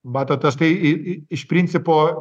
matot aš tai į iš principo